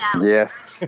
Yes